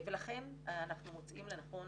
ולכן אנחנו מוצאים לנכון